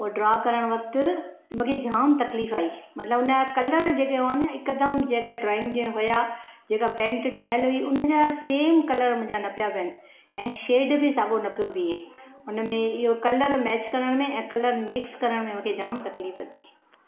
उहो ड्रॉ करण वक़्तु मूंखे जाम तकलीफ़ आई मतिलबु हुनजा कलर जेके हुआ न हिकदमि जेके ड्राइंग हुआ जेके पेन्ट ठहियल हुई उन जहिड़ा सेम कलर मुंहिंजा न पिया बीहनि ऐं शेड बि साॻियो न थो बीहे हुनमें इहो कलर मेच करण में ऐं कलर मिक्स करण में मूंखे जाम तकलीफ़ थी